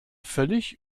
völlig